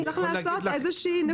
צריך לעצור באיזושהי נקודה.